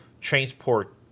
transport